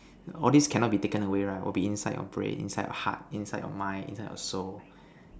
all these cannot be taken away right will be inside your brain inside your heart inside your mind inside your soul